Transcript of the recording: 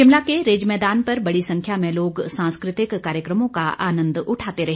शिमला के रिज मैदान पर बड़ी संख्या में लोग सांस्कृतिक कार्यक्रमों का आनन्द उठाते रहे